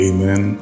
Amen